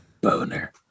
Boner